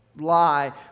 lie